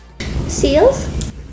Seals